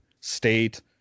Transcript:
state